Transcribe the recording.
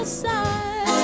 side